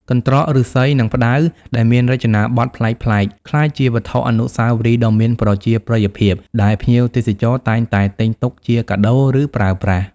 កន្ត្រកឫស្សី និងផ្តៅដែលមានរចនាបថប្លែកៗ ក្លាយជាវត្ថុអនុស្សាវរីយ៍ដ៏មានប្រជាប្រិយភាព ដែលភ្ញៀវទេសចរតែងតែទិញទុកជាកាដូ ឬប្រើប្រាស់។